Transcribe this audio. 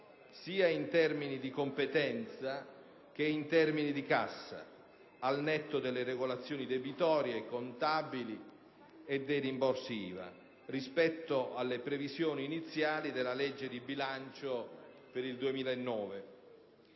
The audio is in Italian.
sia in termini di competenza che in termini di cassa, al netto delle regolazioni debitorie, contabili e dei rimborsi IVA, rispetto alle previsioni iniziali della legge di bilancio per il 2009.